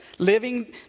Living